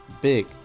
big